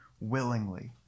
willingly